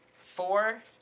four